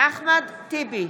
אחמד טיבי,